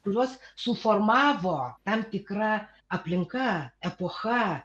kuriuos suformavo tam tikra aplinka epocha